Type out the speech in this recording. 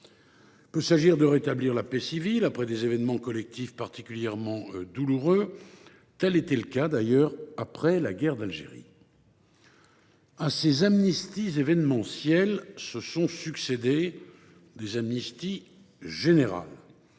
Il peut s’agir de rétablir la paix civile après des événements collectifs particulièrement douloureux. Tel était le cas après la guerre d’Algérie. À ces amnisties événementielles se sont succédé des amnisties générales,